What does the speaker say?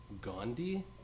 Gandhi